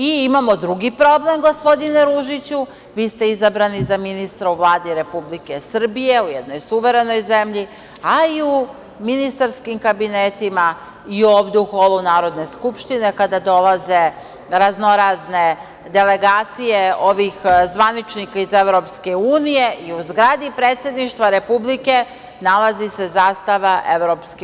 Imamo drugi problem, gospodine Ružiću, vi ste izabrani za ministra u Vladi Republike Srbije u jednoj suverenoj zemlji, a i u ministarskim kabinetima i ovde u holu Narodne skupštine kada dolaze raznorazne delegacije ovih zvaničnika iz EU i u zgradi predsedništva Republike nalazi se zastava EU.